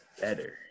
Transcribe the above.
better